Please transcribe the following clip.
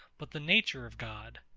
but the nature of god.